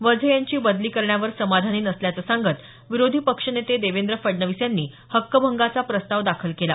वझे यांची बदली करण्यावर समाधानी नसल्याचं सांगत विरोधी पक्षनेते देवेंद्र फडणवीस यांनी हक्कभंगाचा प्रस्ताव दाखल केला